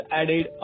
added